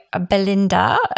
Belinda